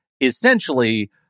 essentially